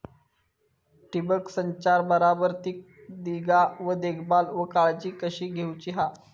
ठिबक संचाचा बराबर ती निगा व देखभाल व काळजी कशी घेऊची हा?